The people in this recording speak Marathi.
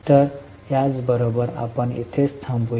तर याच बरोबर आपण इथेच थांबूया